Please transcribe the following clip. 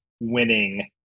winning